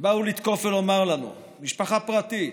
"הם באו לתקוף ולומר לנו, משפחה פרטית,